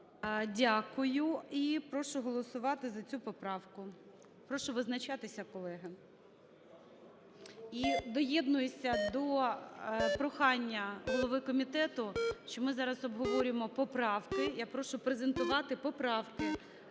Дякую. І прошу голосувати за цю поправку, прошу визначатися, колеги. І доєднуюся до прохання голови комітету, що ми зараз обговорюємо поправки, я прошу презентувати поправки,